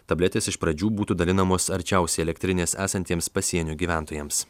tabletės iš pradžių būtų dalinamos arčiausiai elektrinės esantiems pasienio gyventojams